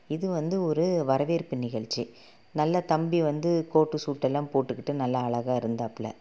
இது வந்து ஒரு வரவேற்பு நிகழ்ச்சி நல்லா தம்பி வந்து கோட் ஸுட்டெல்லாம் போட்டுக்கிட்டு நல்லா அழகாக இருந்தாப்புல